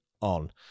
on